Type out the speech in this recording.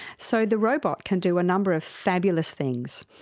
so the robot can do a number of fabulous things.